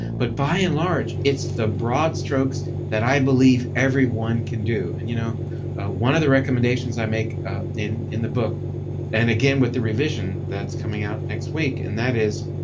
but by and large, it's the broad strokes that i believe everyone can do and you know ah one of the recommendations i make ah in in the book and again with the revision that's coming out next week. and that is,